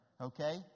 okay